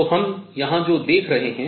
तो हम यहां जो देख रहे हैं